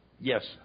Yes